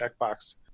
checkbox